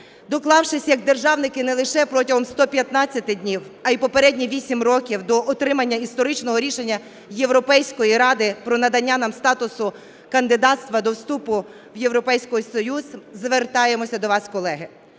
доклавшись як державники не лише протягом 115 днів, а й попередні вісім років до отримання історичного рішення Європейської ради про надання нам статусу кандидатства до вступу в Європейський Союз. Звертаємося до вас, колеги,